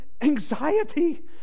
anxiety